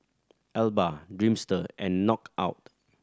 Alba Dreamster and Knockout